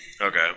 Okay